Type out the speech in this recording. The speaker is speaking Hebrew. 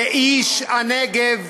כאיש הנגב